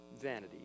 vanity